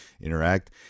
interact